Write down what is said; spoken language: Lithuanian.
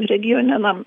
regione na